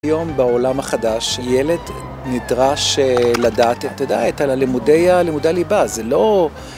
היום בעולם החדש ילד נדרש לדעת, אתה יודע, את לימודי הליבה. זה לא...